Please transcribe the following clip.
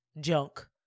junk